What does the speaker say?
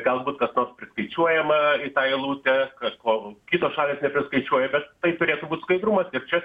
galbūt kas nors priskaičiuojama į tą eilutę kad kol kitos šalys nepriskaičiuoja bet tai turėtų būt skaidrumas ir čia